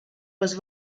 was